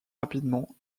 rapidement